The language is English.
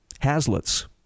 Hazlitt's